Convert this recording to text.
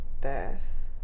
birth